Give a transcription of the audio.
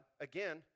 again